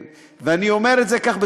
ואני אומר את זה כך,